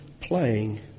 playing